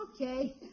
Okay